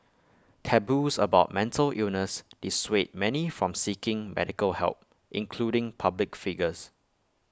taboos about mental illness dissuade many from seeking medical help including public figures